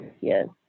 Yes